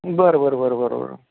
बरं बरं बरं बरं बरं